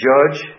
Judge